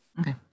Okay